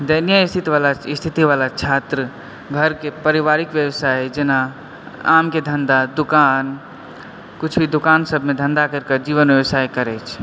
दयनीय स्थिति स्थितिवला छात्र घरके पारिवारिक बेबसाय जेना आमके धन्धा दोकान किछु भी दोकानसबमे धन्धा करिके जीवन बेबसाय करै अछि